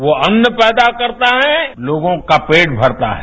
वो अन्न पैदा करता है लोगों का पेट भरता है